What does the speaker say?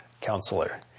counselor